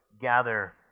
gather